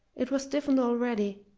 it was stiffened already,